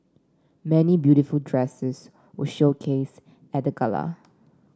many beautiful dresses were showcased at the gala